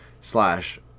slash